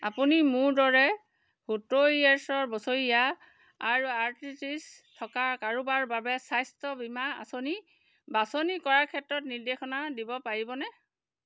আপুনি মোৰ দৰে সত্তৰ ইয়েৰ্ছ বছৰীয়া আৰু আৰ্থ্ৰাইটিছ থকা কাৰোবাৰ বাবে স্বাস্থ্য বীমা আঁচনি বাছনি কৰাৰ ক্ষেত্ৰত নিৰ্দেশনা দিব পাৰিবনে